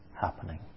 happening